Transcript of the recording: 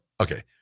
Okay